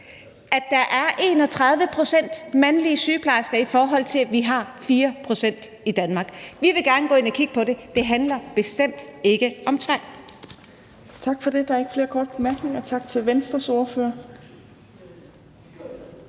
os, er 31 pct. mandlige sygeplejersker, i forhold til at vi har 4 pct. i Danmark. Vi vil gerne gå ind og kigge på det. Det handler bestemt ikke om tvang.